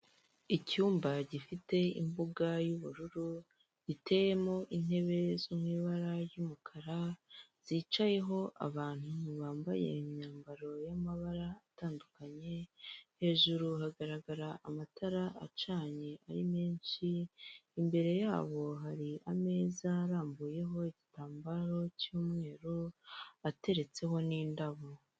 Icyumba gifite imbuga y'ubururu, giteyemo intebe zo mu'ibara ry'umukara, zicayeho abantu bambaye imyambaro y'amabara atandukanye, hejuru hagaragara amatara acanye ari menshi, imbere yabo hari ameza arambuyeho igitambaro cy'umweru ateretseho n'indabo.